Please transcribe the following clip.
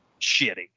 shitty